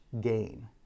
gain